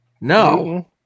No